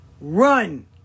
Run